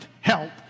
help